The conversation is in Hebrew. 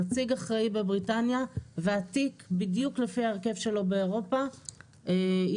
הנציג אחראי בבריטניה והתיק בדיוק לפי הרכב שלו באירופה יהיה